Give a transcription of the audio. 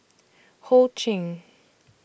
Ho Ching